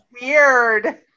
Weird